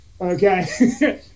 okay